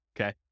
okay